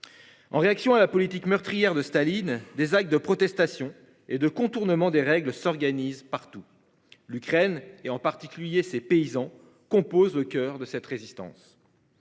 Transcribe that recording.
En réaction à la politique meurtrière de Staline, des actes de protestation et de contournement des règles s'organisent partout. L'Ukraine et en particulier ces paysans compose au coeur de cette résistance.